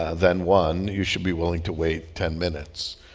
than one, you should be willing to wait ten minutes.